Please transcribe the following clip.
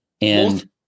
And-